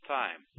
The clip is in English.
time